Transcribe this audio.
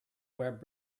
web